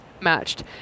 matched